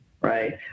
right